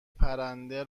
پرنده